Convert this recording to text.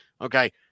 okay